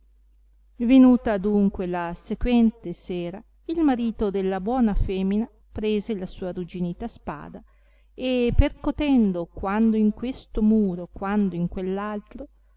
venuta adunque la sequente sera il marito della buona feniina prese la sua arrugginita spada e percotendo quando in questo muro quando in